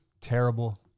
terrible